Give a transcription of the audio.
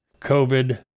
COVID